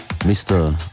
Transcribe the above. Mr